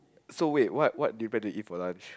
so wait what what do you plan to eat for lunch